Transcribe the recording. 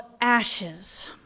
ashes